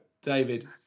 David